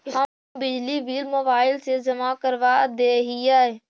हम बिजली bill mobile से जमा करवा देहियै?